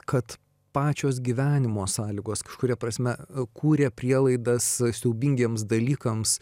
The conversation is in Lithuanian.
kad pačios gyvenimo sąlygos kažkuria prasme kūrė prielaidas siaubingiems dalykams